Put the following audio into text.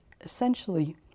essentially